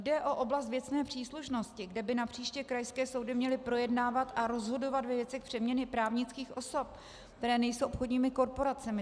Jde o oblast věcné příslušnosti, kde by napříště krajské soudy měly projednávat a rozhodovat ve věcech přeměny právnických osob, které nejsou obchodními korporacemi.